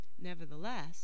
Nevertheless